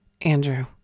Andrew